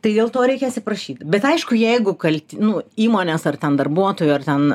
tai dėl to reikia atsiprašyti bet aišku jeigu kalti nu įmonės ar ten darbuotojai ar ten